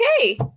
okay